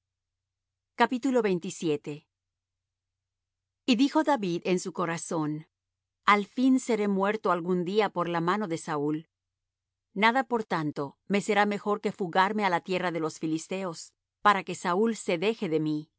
su lugar y dijo david en su corazón al fin seré muerto algún día por la mano de saúl nada por tanto me será mejor que fugarme á la tierra de los filisteos para que saúl se deje de mí